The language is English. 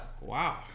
Wow